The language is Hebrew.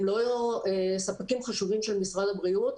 הם לא ספקים חשובים של משרד הבריאות?